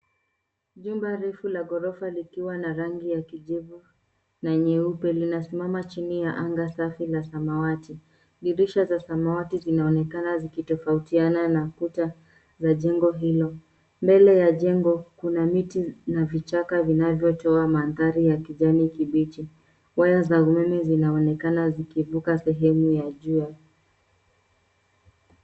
Jumba refu la ghorofa likiwa na rangi ya kijivu na nyeupe linasimama chini ya anga safi la samawati. Dirisha za samawati zinaonekana zikitofautiana na kuta za jengo hilo. Mbele ya jengo kuna miti na vichaka vinavyotoa mandhari ya kijani kibichi. Waya za umeme zinaonekana zikivuka sehemu ya jua.